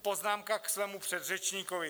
Poznámka k svému předřečníkovi.